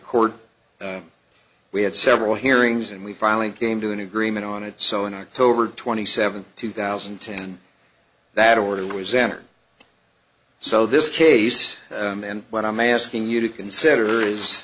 court we had several hearings and we finally came to an agreement on it so in october twenty seventh two thousand and ten that order was entered so this case and what i'm asking you to consider is